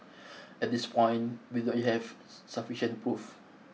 at this point we do not have sufficient proof